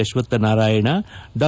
ಅಶ್ವತ್ಥ ನಾರಾಯಣ ಡಾ